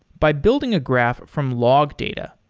by building a graph from log data,